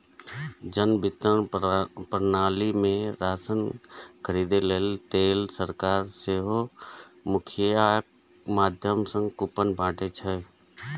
जन वितरण प्रणाली मे राशन खरीदै लेल सरकार सेहो मुखियाक माध्यम सं कूपन बांटै छै